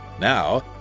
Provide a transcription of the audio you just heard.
Now